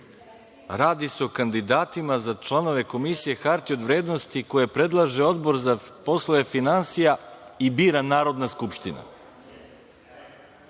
radi se o kandidatima za članove Komisije za hartije od vrednosti koje predlaže Odbor za finansije i koje bira Narodna skupština,